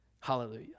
Hallelujah